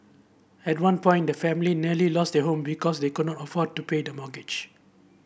at one point the family nearly lost their home because they could not afford to pay the mortgage